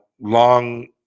long